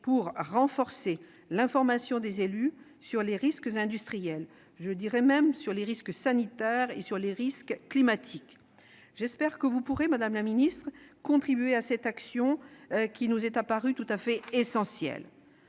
pour renforcer l'information des élus sur les risques industriels, mais aussi sur les risques sanitaires et sur les risques climatiques. J'espère, madame la ministre, que vous pourrez contribuer à cette action qui nous semble tout à fait essentielle.